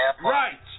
Right